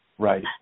Right